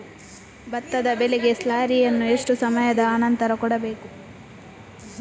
ಭತ್ತದ ಬೆಳೆಗೆ ಸ್ಲಾರಿಯನು ಎಷ್ಟು ಸಮಯದ ಆನಂತರ ಕೊಡಬೇಕು?